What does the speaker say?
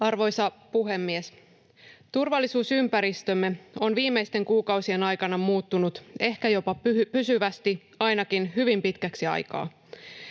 Arvoisa puhemies! Turvallisuusympäristömme on viimeisten kuukausien aikana muuttunut ehkä jopa pysyvästi, ainakin hyvin pitkäksi aikaa.